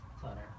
clutter